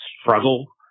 struggle